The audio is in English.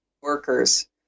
workers